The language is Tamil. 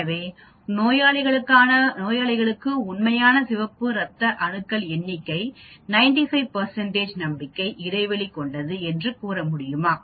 எனவே நோயாளிகளுக்கு உண்மையான சிவப்பு ரத்த அணுக்கள் எண்ணிக்கை 95 நம்பிக்கை இடைவெளி கொண்டது என்று கூற முடியுமா